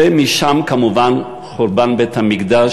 ומשם כמובן חורבן בית-המקדש,